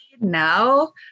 now